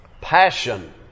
passion